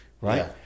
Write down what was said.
right